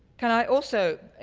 can i also,